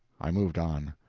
i moved on.